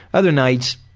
other nights,